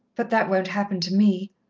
but that won't happen to me.